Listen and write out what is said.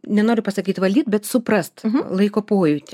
nenoriu pasakyt valdyt bet suprast laiko pojūtį